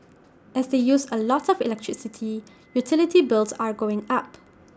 as they use A lot of electricity utility bills are going up